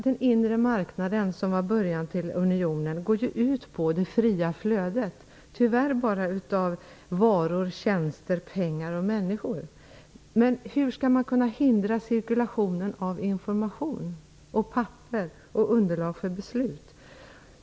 Den inre marknaden, som var början till unionen, går ju ut på det fria flödet, tyvärr bara av varor, tjänster, pengar och människor. Men hur kan man hindra cirkulationen av information, papper och underlag för beslut?